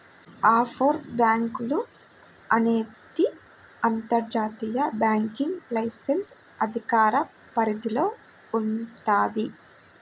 offshore బ్యేంకులు అనేది అంతర్జాతీయ బ్యాంకింగ్ లైసెన్స్ అధికార పరిధిలో వుంటది